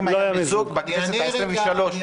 אם היה מיזוג בכנסת העשרים-ושלוש.